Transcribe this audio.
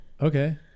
Okay